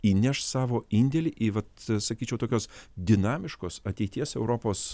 įneš savo indėlį į vat sakyčiau tokios dinamiškos ateities europos